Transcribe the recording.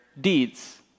deeds